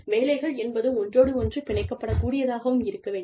வேலைகள் என்பது ஒன்றோடொன்று பிணைக்கப்படக் கூடியதாகவும் இருக்க வேண்டும்